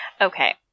Okay